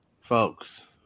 folks